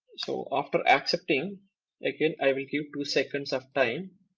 so after accepting again i will give two seconds of time